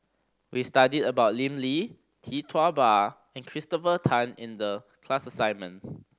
we studied about Lim Lee Tee Tua Ba and Christopher Tan in the class assignment